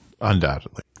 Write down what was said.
undoubtedly